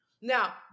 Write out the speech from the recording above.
Now